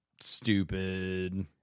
stupid